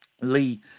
Lee